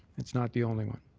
it's not the only one.